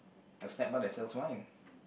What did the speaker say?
a snack bar that sells wine